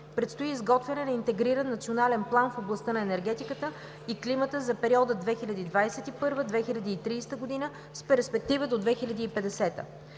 предстои изготвяне на интегриран национален план в областта на енергетиката и климата за периода 2021 – 2030 г. с перспектива до 2050 г.